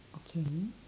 okay